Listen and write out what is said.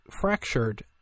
fractured